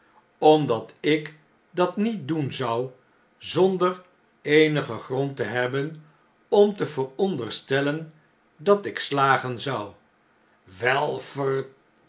omdat ik dat niet doen zou zonder eenigen grond te hebben om te vooronderstellen dat ik slagen zou